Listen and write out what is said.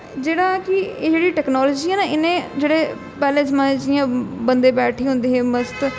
जेह्ड़ा कि एह् जेह्ड़ी टैक्नोलाजी ऐ ना इनें जेह्ड़े पैह्लें जमान्ने च जियां बंदे बैठे दे होंदे मस्त